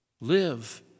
Live